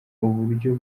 uburyo